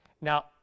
Now